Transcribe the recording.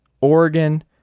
oregon